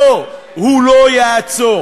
לא, הוא לא יעצור,